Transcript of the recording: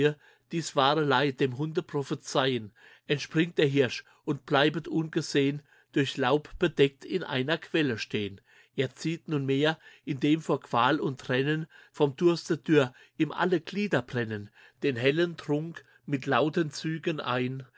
dies wahre leid dem hunde prophezeien entspringt der hirsch und bleibet ungesehn durch laub bedeckt in einer quelle stehn er zieht nunmehr indem vor qual und rennen vom dürste dürr ihm alle glieder brennen den hellen trunk mit lauten zügen ein